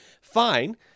fine